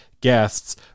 guests